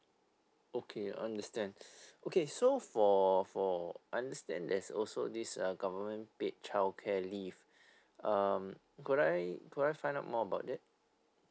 okay understand okay so for for understand there's also this uh government paid childcare leave um could I could I find out more about that